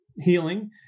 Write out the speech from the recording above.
healing